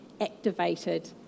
activated